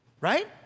Right